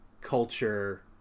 culture